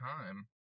time